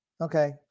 okay